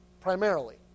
primarily